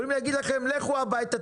יכולים להגיד לכם לכו הביתה,